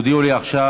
הודיעו לי עכשיו